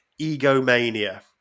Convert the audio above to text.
Egomania